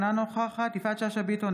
אינה נוכחת יפעת שאשא ביטון,